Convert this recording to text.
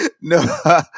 No